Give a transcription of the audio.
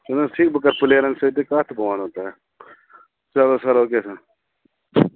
چھِنہٕ حظ ٹھیٖک بہٕ کَرٕ پٕلیرَن سۭتۍ تہِ کَتھ تہِ بہٕ وَنَو تۄہہِ چلو سر اوکے سر